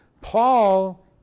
paul